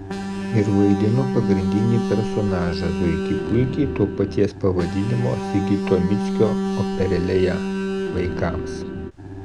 ir vaidinu pagrindinį personažą zuikį puikį to paties pavadinimo sigito mickio operėlėje vaikams